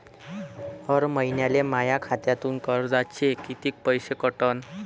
हर महिन्याले माह्या खात्यातून कर्जाचे कितीक पैसे कटन?